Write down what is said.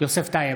יוסף טייב,